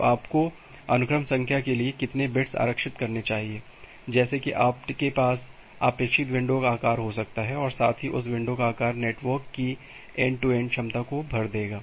तो आपको अनुक्रम संख्या के लिए कितने बिट्स आरक्षित करने चाहिए जैसे कि आपके पास अपेक्षित विंडो का आकार हो सकता है और साथ ही उस विंडो का आकार नेटवर्क की एंड टू एंड क्षमता को भर देगा